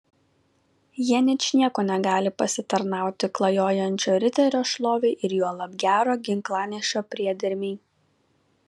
jie ničniekuo negali pasitarnauti klajojančio riterio šlovei ir juolab gero ginklanešio priedermei